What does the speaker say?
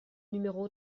numéro